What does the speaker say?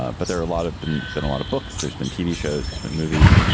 but there are a lot of been been a lot of books there's been tv shows, there's been movies.